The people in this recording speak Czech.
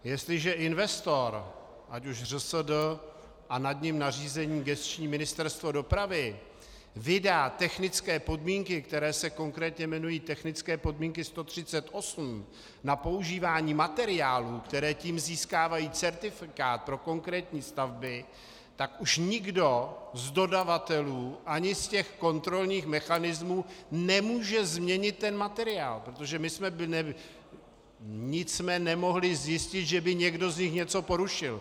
Jestliže investor, ať už ŘSD a nad ním nadřízené gesční Ministerstvo dopravy, vydá technické podmínky, které se konkrétně jmenují technické podmínky 138 na používání materiálů, které tím získávají certifikát pro konkrétní stavby, tak už nikdo z dodavatelů ani z těch kontrolních mechanismů nemůže změnit ten materiál, protože nic jsme nemohli zjistit, že by někdo z nich něco porušil.